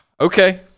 Okay